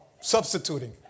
substituting